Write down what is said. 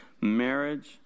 marriage